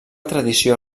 tradició